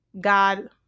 God